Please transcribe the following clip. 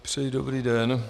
Přeji dobrý den.